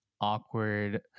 awkward